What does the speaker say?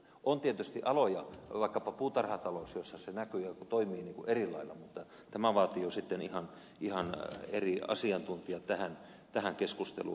on tietysti aloja vaikkapa puutarhatalous joilla se näkyy ja toimii eri lailla mutta tämä vaatii jo sitten ihan eri asiantuntijat tähän keskusteluun